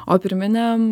o pirminiam